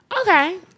Okay